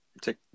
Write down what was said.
Take